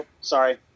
sorry